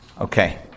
Okay